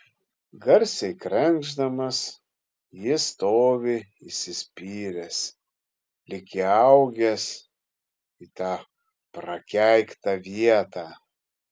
garsiai krenkšdamas jis stovi įsispyręs lyg įaugęs į tą prakeiktą vietą